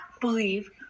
believe